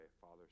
Father